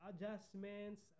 adjustments